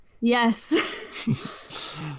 yes